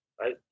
right